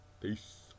Peace